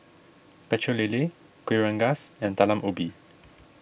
Pecel Lele Kueh Rengas and Talam Ubi